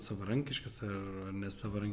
savarankiškas ar ar nesavaran